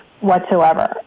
whatsoever